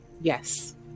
Yes